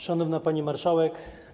Szanowna Pani Marszałek!